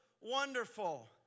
wonderful